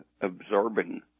absorbing